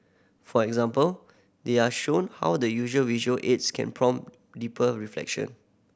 for example they are shown how the usual visual aids can prompt deeper reflection